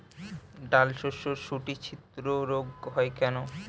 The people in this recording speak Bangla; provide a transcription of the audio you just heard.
ডালশস্যর শুটি ছিদ্র রোগ হয় কেন?